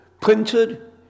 printed